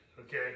Okay